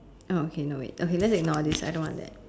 oh okay no wait okay let's ignore this I don't want that